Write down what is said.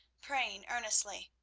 praying earnestly.